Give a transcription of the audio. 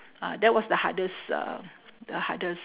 uh that was the hardest uh the hardest